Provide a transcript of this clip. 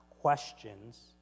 questions